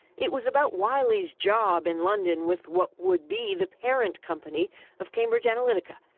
it was about wiley's job in london with what would be the parent company of cambridge analytica.